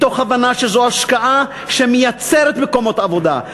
מתוך הבנה שזו השקעה שמייצרת מקומות עבודה,